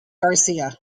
garcia